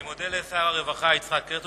אני מודה לשר הרווחה יצחק הרצוג.